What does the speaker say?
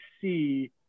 see